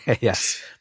Yes